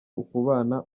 ukubana